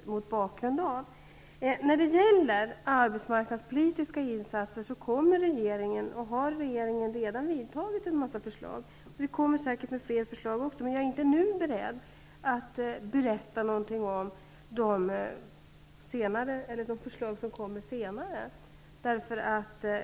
Regeringen har redan kommit med en massa förslag till arbetsmarknadspolitiska insatser och kommer säkert också att framlägga fler sådana förslag, men jag är inte nu beredd att berätta någonting om dem --